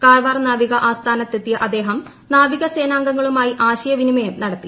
കാർവാർനാവിക ആസ്ഥാനത്ത് എത്തിയ അദ്ദേഹം നാവികസേനാംഗങ്ങളുമായി ആശയവിനിമയം നടത്തി